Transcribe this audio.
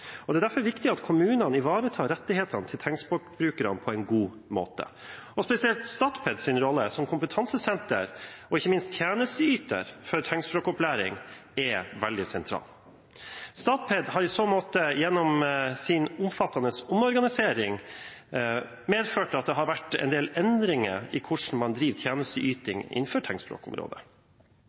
Det er derfor viktig at kommunene ivaretar rettighetene til tegnspråkbrukerne på en god måte. Spesielt Statpeds rolle som kompetansesenter og ikke minst tjenesteyter for tegnspråkopplæring er veldig sentral. Statped har i så måte gjennom sin omfattende omorganisering medført at det har vært en del endringer i hvordan man driver tjenesteyting innenfor tegnspråkområdet.